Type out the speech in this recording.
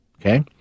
Okay